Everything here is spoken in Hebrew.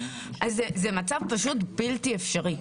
זה מצב פשוט בלתי אפשרי.